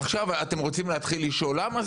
עכשיו, אתם רוצים להתחיל לשאול למה?